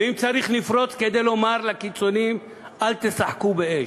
ואם צריך, נפרוץ כדי לומר לקיצונים: אל תשחקו באש.